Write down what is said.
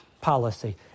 policy